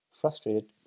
frustrated